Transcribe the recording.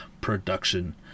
production